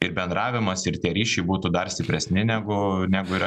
ir bendravimas ir tie ryšiai būtų dar stipresni negu negu yra